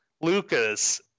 Lucas